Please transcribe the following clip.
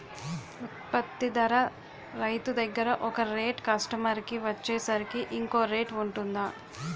ఉత్పత్తి ధర రైతు దగ్గర ఒక రేట్ కస్టమర్ కి వచ్చేసరికి ఇంకో రేట్ వుంటుందా?